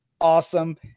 awesome